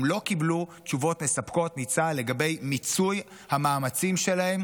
הם לא קיבלו תשובות מספקות מצה"ל לגבי מיצוי המאמצים שלהם